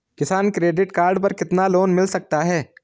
किसान credit card पर कितना लोंन मिल सकता है?